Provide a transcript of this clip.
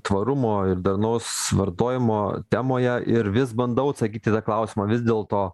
tvarumo ir darnaus vartojimo temoje ir vis bandau atsakyt į klausimą vis dėl to